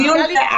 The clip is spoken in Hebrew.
הדיון,